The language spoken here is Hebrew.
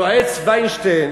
היועץ וינשטיין